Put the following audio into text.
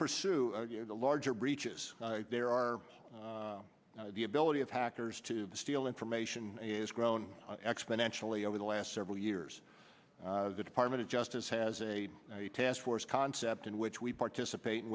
pursue the larger breaches there are the ability of hackers to steal information is grown exponentially over the last several years the department of justice has a task force concept in which we participate in